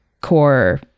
core